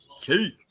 Keith